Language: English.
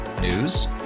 News